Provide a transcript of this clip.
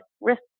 risk